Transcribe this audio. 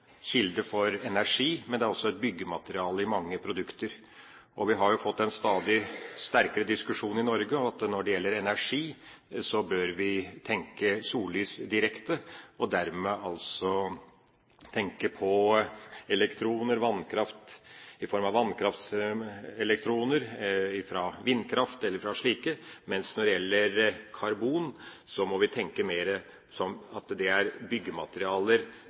i mange produkter. Vi har fått en stadig sterkere diskusjon i Norge om at når det gjelder energi, bør vi tenke sollys direkte, og dermed altså tenke på elektroner, vannkraft i form av vannkraftselektroner, vindkraft, eller slikt, men når det gjelder karbon, må vi tenke mer at det er